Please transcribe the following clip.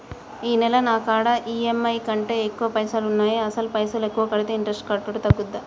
ఈ నెల నా కాడా ఈ.ఎమ్.ఐ కంటే ఎక్కువ పైసల్ ఉన్నాయి అసలు పైసల్ ఎక్కువ కడితే ఇంట్రెస్ట్ కట్టుడు తగ్గుతదా?